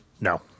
no